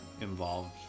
involved